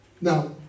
Now